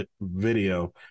video